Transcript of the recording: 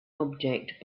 object